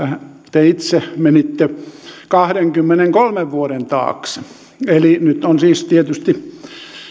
te itse menitte kahdenkymmenenkolmen vuoden taakse eli nyt on siis tietysti